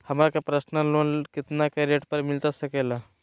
हमरा के personal loan कितना के रेट पर मिलता सके ला?